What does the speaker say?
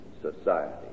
society